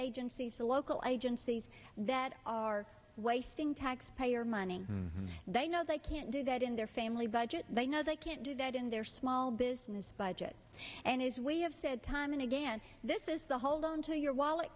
agencies local agencies that are wasting taxpayer money they know they can't do that in their family budget they know they can't do that in their small budget and it is we have said time and again this is the hold on to your wallet